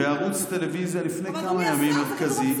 -- בערוץ טלוויזיה לפני כמה ימים -- אבל אדוני השר,